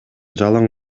жалаң